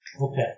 Okay